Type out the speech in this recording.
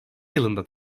yılında